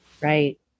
Right